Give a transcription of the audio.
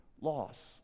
loss